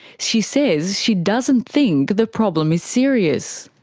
she says she doesn't think the problem is serious.